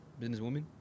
businesswoman